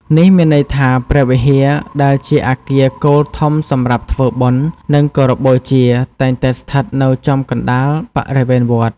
នេះមានន័យថា ព្រះវិហារ ដែលជាអគារគោលធំសម្រាប់ធ្វើបុណ្យ និងគោរពបូជា តែងតែស្ថិតនៅចំកណ្តាលបរិវេណវត្ត។